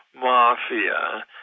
mafia